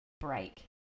break